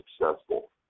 successful